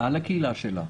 על הקהילה שלה,